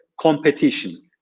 competition